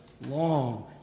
long